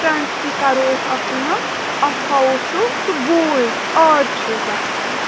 فرٛنٛٹسٕے کَرو أسۍ اَکھ کٲم اَتھ تھاوو سُہ سُہ گوٗلۍ آرِچ ہِش بَنٲیِتھ